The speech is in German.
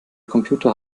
computer